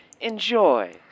enjoy